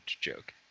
joke